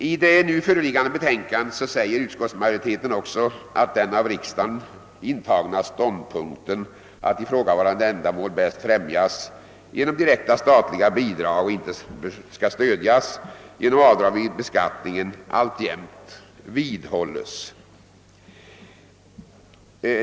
I det nu föreliggande betänkandet säger utskottsmajoriteten också att den av riksdagen intagna ståndpunkten, att ifrågavarande ändamål bäst främjas genom direkta statliga bidrag och inte skall stödjas genom avdrag vid beskattningen, alltjämt vidhålles.